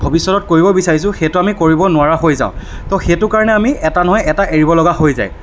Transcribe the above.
ভৱিষ্যতত কৰিব বিচাৰিছোঁ সেইটো আমি কৰিব নোৱাৰা হৈ যাওঁ তো সেইটো কাৰণে আমি এটা নহয় এটা এৰিবলগা হৈ যায়